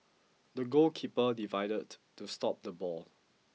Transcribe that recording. the goalkeeper divided to stop the ball